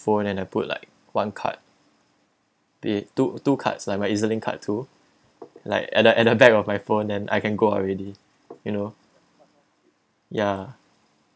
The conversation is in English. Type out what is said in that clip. phone and I put like one card the two two cards like my e z link card too like at the at the back of my phone then I can go out already you know ya